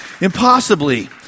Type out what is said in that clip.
Impossibly